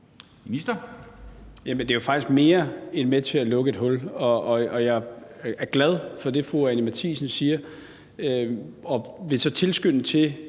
den gør jo faktisk mere end bare at være med til at lukke et hul. Jeg er glad for det, fru Anni Matthiesen siger, og vil så tilskynde til,